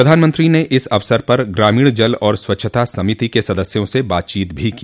प्रधानमंत्री ने इस अवसर पर ग्रामीण जल और स्वच्छता समिति के सदस्यों से बातचीत भी की